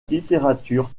littérature